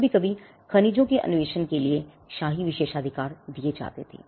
कभी कभी खनिजों के अन्वेषण के लिए शाही विशेषाधिकार दिए जा सकते थे